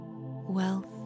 Wealth